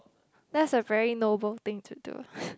that's a very noble thing to do